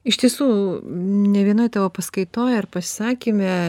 iš tiesų ne vienoj tavo paskaitoj ar pasisakyme